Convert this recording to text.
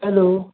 hello